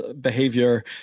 behavior